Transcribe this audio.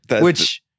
which-